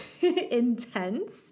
intense